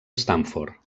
stanford